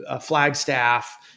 Flagstaff